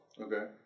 Okay